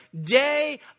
day